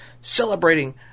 celebrating